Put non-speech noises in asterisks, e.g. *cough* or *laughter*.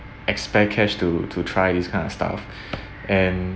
I spare cash to to try this kind of stuff *breath* and